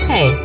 Hey